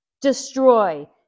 Destroy